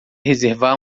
reservar